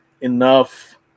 enough